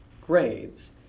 grades